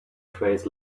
trays